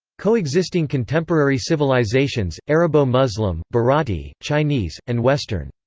coexisting contemporary civilizations arabo-muslim, bharati, chinese, and western.